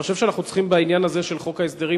אני חושב שאנחנו צריכים בעניין הזה של חוק ההסדרים,